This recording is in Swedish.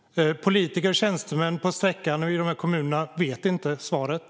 Politiker och tjänstemän i kommunerna längs sträckan vet inte svaret.